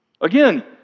Again